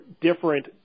different